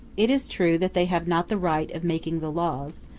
it is true that they have not the right of making the laws,